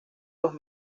los